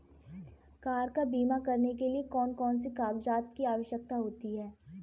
Car का बीमा करने के लिए कौन कौन से कागजात की आवश्यकता होती है?